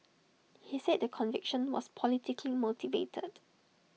he said the conviction was politically motivated